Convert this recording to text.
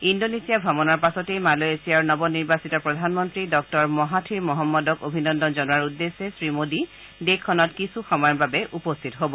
Indonesia ত্ৰমণৰ পাছতে মালয়েছিয়াৰ নৱনিৰ্বাচিত প্ৰধানমন্ত্ৰী ডঃ মহাথিৰ মহম্মদক অভিনন্দন জনোৱাৰ উদ্দেশ্যে শ্ৰীমোদী দেশখনত কিছু সময়ৰ বাবে উপস্থিত হ'ব